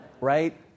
right